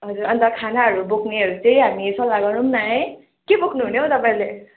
अन्त खानाहरू बोक्नेहरू चाहिँ हामी सल्लाह गरौँ न है के बोक्नु हुने हौ तपाईँहरूले